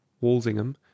Walsingham